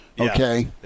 okay